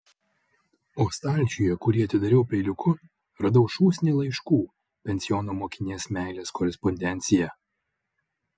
o stalčiuje kurį atidariau peiliuku radau šūsnį laiškų pensiono mokinės meilės korespondenciją